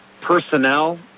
personnel